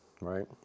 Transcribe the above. right